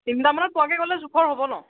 তিনিটামানত পোৱাকৈ গ'লে জোখৰ হ'ব ন'